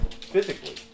Physically